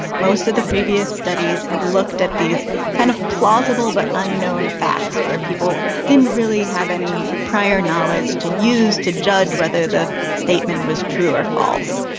most of the previous studies had looked at these kind of plausible but unknown facts where people didn't really have any prior knowledge to use to judge whether the statement was true or false.